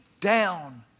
down